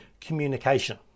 communication